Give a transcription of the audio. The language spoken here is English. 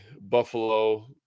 Buffalo